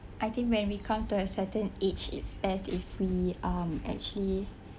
I think when we come to a certain age it's as if we um actually